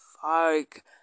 fuck